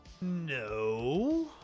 No